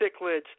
cichlids